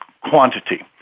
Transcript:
quantity